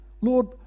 Lord